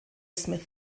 smith